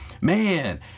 man